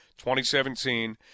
2017